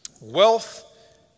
Wealth